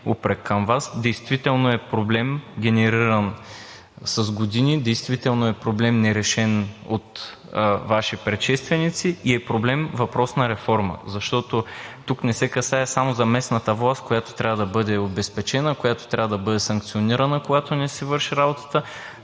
упрек към Вас. Действително е проблем, генериран с години. Действително е проблем, нерешен от Ваши предшественици, и е въпрос на реформа, защото тук не се касае само за местната власт, която трябва да бъде обезпечена, която трябва да бъде санкционирана, когато не си върши работата,